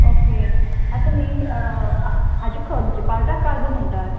okay आतां हीं हेज्या खंयच्या पार्टाक काजू म्हणटात